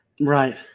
Right